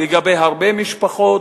לגבי הרבה משפחות,